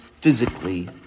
physically